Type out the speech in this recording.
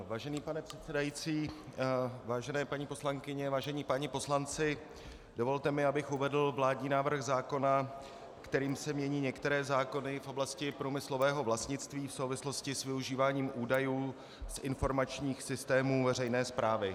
Vážený pane předsedající, vážené paní poslankyně, vážení páni poslanci, dovolte mi, abych uvedl vládní návrh zákona, kterým se mění některé zákony v oblasti průmyslového vlastnictví v souvislosti s využíváním údajů z informačních systémů veřejné správy.